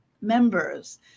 members